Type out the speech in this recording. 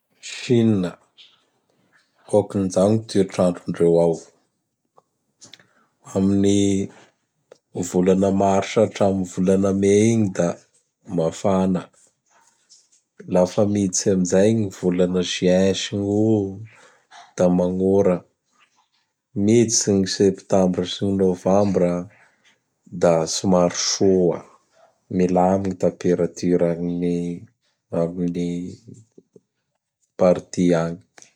Chine! Hôkin zao ny toetr'androndreo ao: amin'ny volana marsa hatramin'ny volana mai igny da mafana. Lafa miditsy amizay gny volana juin sy août o; da magnora. Miditsy gn septambra sy gn novambra; da somary soa. Milamy gny taperatira aminy-am ny parti agny.